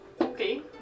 Okay